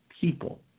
people